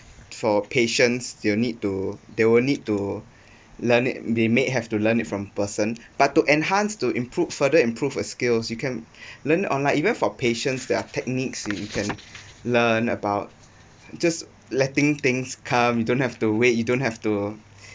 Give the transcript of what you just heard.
for patients you need to they will need to learn it they may have to learn it from person but to enhance to improve further improve a skills you can learn online like even for patience their techniques you can learn about just letting things calm you don't have to wait you don't have to